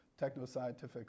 technoscientific